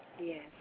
Yes